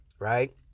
right